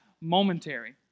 momentary